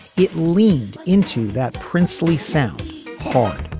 it leaned into that princely sound foreign.